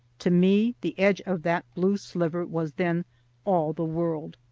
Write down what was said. to me the edge of that blue sliver was then all the world.